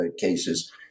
cases